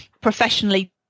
professionally